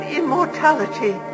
immortality